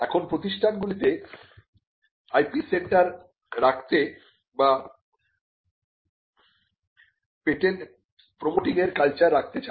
এখন প্রতিষ্ঠানগুলিতে IP centre রাখতে বা পেটেন্ট প্রমোটিংয়ের কালচার রাখতে চান